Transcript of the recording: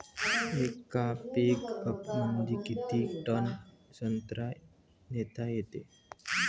येका पिकअपमंदी किती टन संत्रा नेता येते?